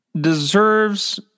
deserves